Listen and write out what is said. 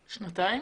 שנתיים.